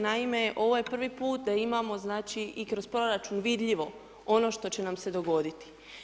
Naime, ovo je prvi puta da imamo, znači, i kroz proračun vidljivo ono što će nam se dogoditi.